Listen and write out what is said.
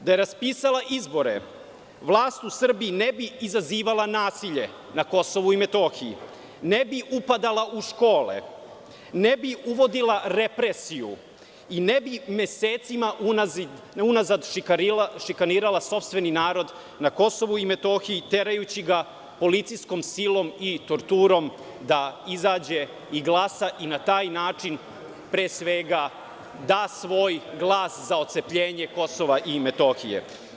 Da je raspisala izbore, vlast u Srbiji ne bi izazivala nasilje na Kosovu i Metohiji, ne bi upadala u škole, ne bi uvodila represiju i ne bi mesecima unazad šikanirala sopstveni narod na Kosovu i Metohiji, terajući ga policijskom silom i torturom da izađe i glasa i na taj način, pre svega, da svoj glas za otcepljenje Kosova i Metohije.